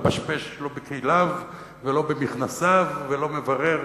לא מפשפש לא בכליו ולא במכנסיו ולא מברר